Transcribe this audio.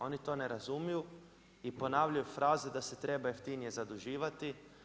Oni to ne razumiju i ponavljaju fraze da se treba jeftinije zaduživati.